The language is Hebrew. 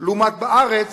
לעומת המחיר בארץ,